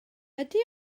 ydy